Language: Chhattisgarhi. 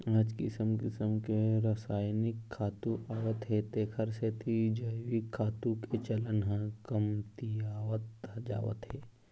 आज किसम किसम के रसायनिक खातू आवत हे तेखर सेती जइविक खातू के चलन ह कमतियावत जावत हे